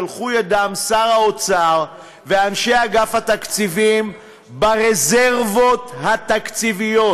שלחו ידם שר האוצר ואנשי אגף התקציבים ברזרבות התקציביות.